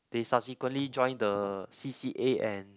they subsequently join the c_c_a and